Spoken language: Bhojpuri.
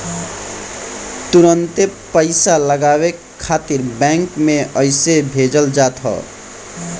तुरंते पईसा लगावे खातिर बैंक में अइसे भेजल जात ह